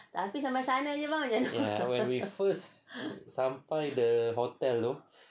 ya when we first sampai the hotel tu